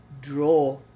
draw